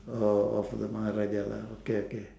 oh of the மகாராஜா:maharaja lah okay okay